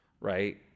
right